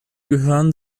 gehören